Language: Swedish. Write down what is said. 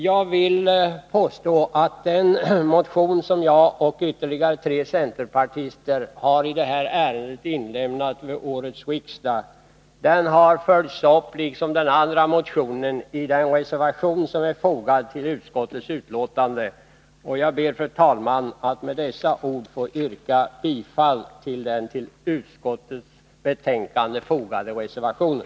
Jag vill påstå att den motion i detta ärende som jag och ytterligare tre centerpartister har inlämnat till årets riksdag har förts upp tillsammans med den andra motionen i den reservation som är fogad till utskottets betänkande. Jag ber, fru talman, att med dessa ord få yrka bifall till den reservationen.